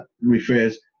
refers